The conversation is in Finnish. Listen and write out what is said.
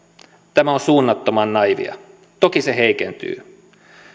tämä on suunnattoman naiivia toki se heikentyy